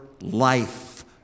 life